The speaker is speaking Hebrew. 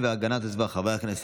חברי הכנסת,